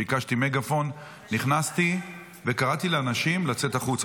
ביקשתי מגפון, נכנסתי וקראתי לאנשים לצאת החוצה.